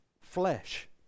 flesh